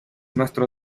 nuestro